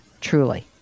Truly